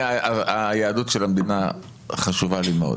היהדות של המדינה חשובה לי מאוד.